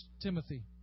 Timothy